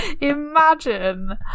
Imagine